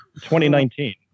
2019